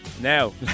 Now